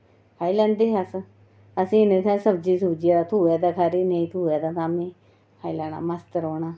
खाई लैंदे हे अस ते असेंगी निं था सब्जी थ्होऐ ते खरी नेईं तां नेईं खाई लैना मस्त रौह्ना